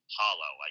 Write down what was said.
hollow